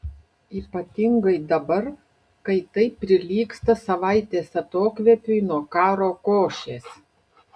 ypatingai dabar kai tai prilygsta savaitės atokvėpiui nuo karo košės